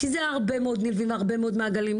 כי יש הרבה מאוד נלווים והרבה מאוד מעגלים.